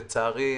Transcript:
לצערי,